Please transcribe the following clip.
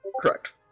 correct